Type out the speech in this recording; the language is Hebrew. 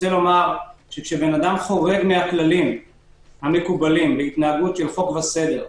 כשאדם חורג מהכללים המקובלים בהתנהגות של חוק וסדר,